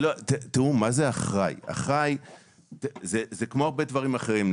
זה כמו בדברים אחרים.